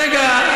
רגע,